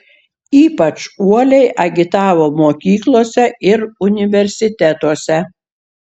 ypač uoliai agitavo mokyklose ir universitetuose